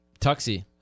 Tuxie